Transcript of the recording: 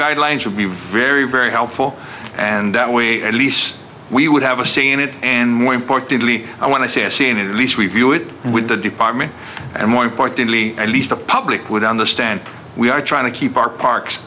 guidelines would be very very helpful and that way at least we would have a say in it and more importantly i want to see a scene at least review it with the department and more importantly at least the public would understand we are trying to keep our parks